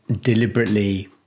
deliberately